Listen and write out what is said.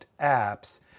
apps